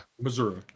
Missouri